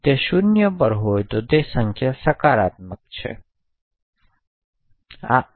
જો most significant bit 0 પર set કરેલી હોય તો સંખ્યાને સકારાત્મક સંખ્યા તરીકે અર્થઘટન કરવામાં આવે છે